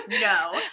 no